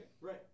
Right